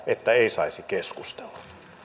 että ei saisi keskustella